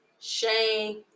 shame